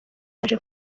yaje